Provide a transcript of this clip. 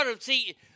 See